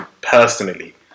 personally